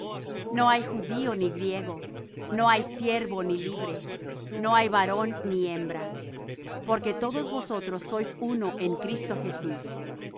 no hay judío ni griego no hay siervo ni libre no hay varón ni hembra porque todos vosotros sois uno en cristo jesús